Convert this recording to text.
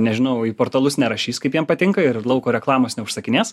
nežinau į portalus nerašys kaip jiem patinka ir lauko reklamos neužsakinės